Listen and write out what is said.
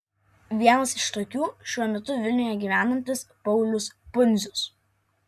vienas iš tokių šiuo metu vilniuje gyvenantis paulius pundzius